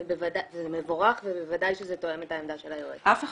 זה מבורך ובוודאי שזה תואם את העמדה של היועץ.